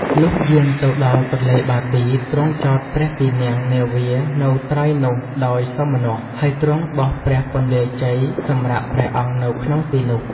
លុះយាងទៅដល់ទនេ្លបាទី ទ្រង់ចតព្រះទីន័ងនាវានៅត្រើយនោះដោយសោមនស្ស ហើយទ្រង់បោះព្រះពន្លាជ័យសម្រាកព្រះអង្គនៅក្នុងទីនោះ។